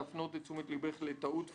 להפנות את תשומת ליבך לטעות דפוס.